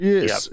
Yes